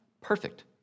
perfect